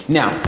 Now